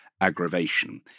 aggravation